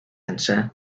ençà